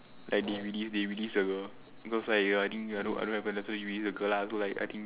like they release they release the girl because like i think I don't know what happen that why he release the girl lah so like I think